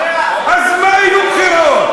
אז מה אם יהיו בחירות?